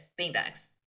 beanbags